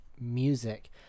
Music